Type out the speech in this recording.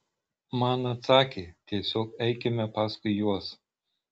man atsakė tiesiog eikime paskui juos